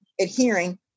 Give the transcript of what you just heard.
adhering